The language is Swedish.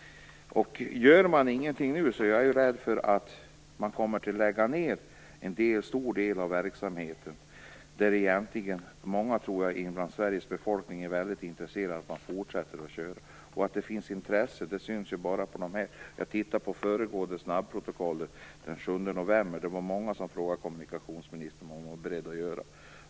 Om man inte gör någonting nu är jag rädd att man kommer att lägga ned en stor del av den verksamhet som många i Sveriges befolkning är väldigt intresserade av att ha kvar i fortsättningen. Att det finns intresse syns tydligt när jag tittar i snabbprotokollet från den 7 november. Då var det många som frågade kommunikationsministern vad hon var beredd att göra.